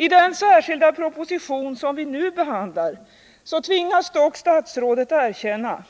I den särskilda proposition som vi nu behandlar tvingas dock statsrådet erkänna